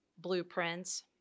Blueprints